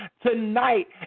tonight